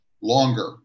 Longer